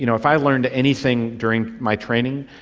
you know if i learned anything during my training,